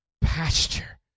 pasture